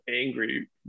angry